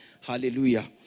Hallelujah